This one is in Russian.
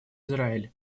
израиль